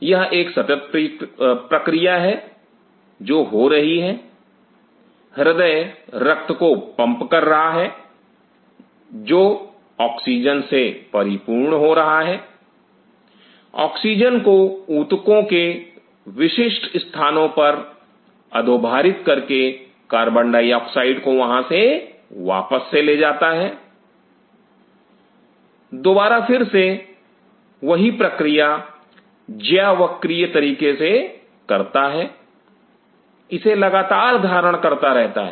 यह एक सतत प्रक्रिया है जो हो रही है हृदय रक्त को पंप कर रहा है जो ऑक्सीजन से परिपूर्ण हो रहा है ऑक्सीजन को ऊतकों के विशिष्ट स्थानों पर अधोभारित करके कार्बन डाइऑक्साइड को वहां से वापस ले जाता है दोबारा फिर से वही प्रक्रिया ज्यावक्रीय तरीके से करता है इसे लगातार धारण करता रहता है